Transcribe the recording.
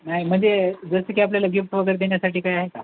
नाही म्हणजे जसं की आपल्याला गिफ्ट वगैरे देण्यासाठी काय आहे का